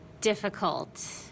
difficult